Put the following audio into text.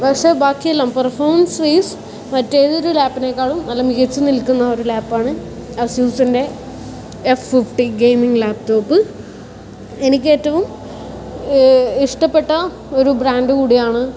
പക്ഷേ ബാക്കിയെല്ലാം performance wise മറ്റേതൊരു ലാപ്പിനേക്കാളും നല്ല മികച്ച് നിൽക്കുന്ന ഒരു ലാപ്പ് ആണ് അസ്യൂസിൻ്റെ എഫ് ഫിഫ്റ്റി ഗെയിമിങ് ലാപ്ടോപ്പ് എനിക്ക് ഏറ്റവും ഇഷ്ടപ്പെട്ട ഒരു ബ്രാൻഡ് കൂടിയാണ്